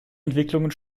entwicklungen